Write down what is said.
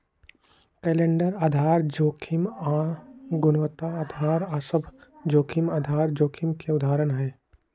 calendar आधार जोखिम आऽ गुणवत्ता अधार सभ जोखिम आधार जोखिम के उदाहरण हइ